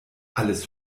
alles